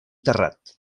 terrat